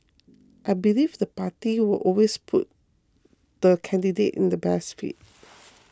I believe the party will always put the candidate in the best fit